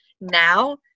now